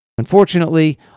Unfortunately